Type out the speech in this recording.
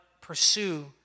pursue